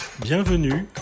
Bienvenue